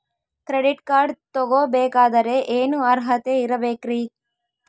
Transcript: Credit card ತೊಗೋ ಬೇಕಾದರೆ ಏನು ಅರ್ಹತೆ ಇರಬೇಕ್ರಿ?